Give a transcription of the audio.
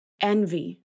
Envy